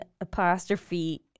apostrophe